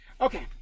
Okay